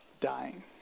dying